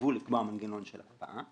חייבו לקבוע מנגנון של הקפאה,